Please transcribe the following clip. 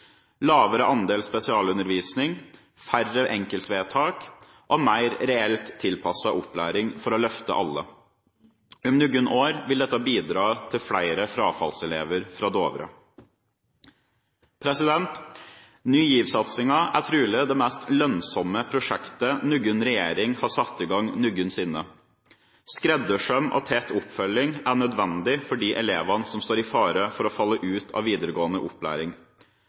lavere andel spesialundervisning, færre enkeltvedtak og mer reelt tilpasset opplæring for å løfte alle. Om noen år vil dette bidra til færre frafallselever fra Dovre. Ny GIV-satsingen er trolig det mest lønnsomme prosjektet noen regjering har satt i gang noensinne. Skreddersøm og tett oppfølging er nødvendig for de elevene som står i fare for å falle ut av videregående opplæring.